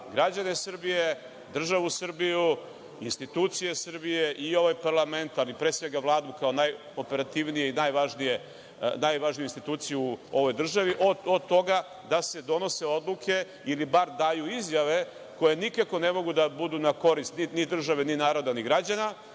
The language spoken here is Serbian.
građane Srbije, državu Srbiju, institucije Srbije i ovaj parlament, ali pre svega Vladu, kao najoperativnije i najvažniju instituciju u ovoj državi od toga da se donose odluke ili bar daju izjave koje nikako ne mogu da budu na korist ni države ni naroda ni građana,